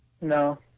No